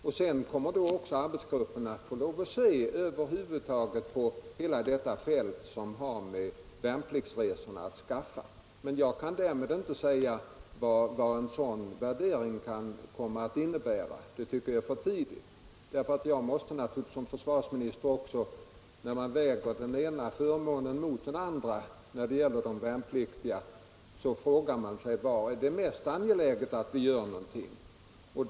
Arbetsgruppen kommer sedan att få se över hela detta fält som har med värnpliktsresorna att skaffa. Det är däremot för tidigt att nu säga vad en sådan värdering kan komma att innebära. Jag måste naturligtvis som försvarsminister när jag väger den ena fördelen mot den andra för de värnpliktiga fråga mig var det är mest angeläget att vidta någon ändring.